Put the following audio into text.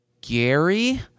Gary